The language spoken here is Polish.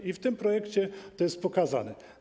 I w tym projekcie to jest pokazane.